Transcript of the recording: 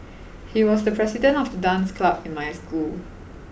he was the president of the dance club in my school